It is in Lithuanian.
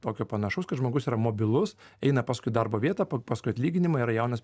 tokio panašaus kad žmogus yra mobilus eina paskui darbo vietą paskui atlyginimą yra jaunas